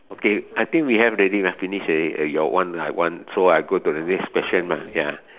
okay I think we have already lah finish already your one my one so I go to the next question lah ya